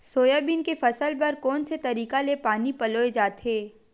Soybean के फसल बर कोन से तरीका ले पानी पलोय जाथे?